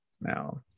Now